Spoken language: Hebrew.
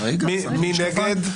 מי נגד?